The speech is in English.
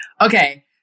okay